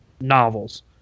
novels